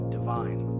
Divine